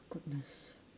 goodness